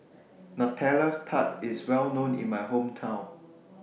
Nutella Tart IS Well known in My Hometown